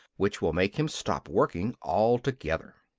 which will make him stop working altogether.